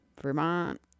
Vermont